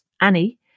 annie